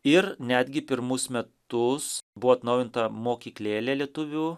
ir netgi pirmus metus buvo atnaujinta mokyklėlė lietuvių